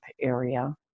area